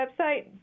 website